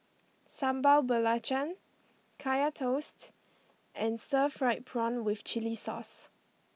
Sambal Belacan Kaya Toast and Stir Fried Prawn with Chili Sauce